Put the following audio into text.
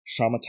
traumatized